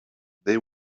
they